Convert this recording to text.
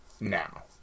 now